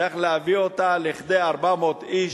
צריך להביא אותה לכדי 400 איש,